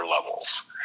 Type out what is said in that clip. levels